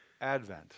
Advent